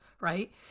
right